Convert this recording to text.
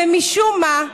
ומשום מה,